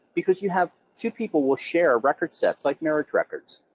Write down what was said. because you have two people will share record sets, like marriage records,